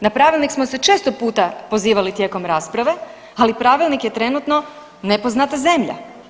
Na pravilnik smo se često puta pozivali tijekom rasprave, ali pravilnik je trenutno nepoznata zemlja.